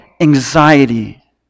anxiety